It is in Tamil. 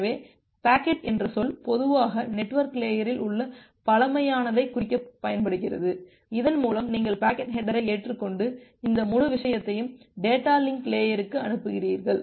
எனவே பாக்கெட் என்ற சொல் பொதுவாக நெட்வொர்க் லேயரில் உள்ள பழமையானதைக் குறிக்கப் பயன்படுகிறது இதன் மூலம் நீங்கள் பாக்கெட் ஹேட்டரை ஏற்றுக்கொண்டு இந்த முழு விஷயத்தையும் டேட்டா லிங்க் லேயர்க்கு அனுப்புகிறீர்கள்